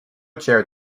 chaired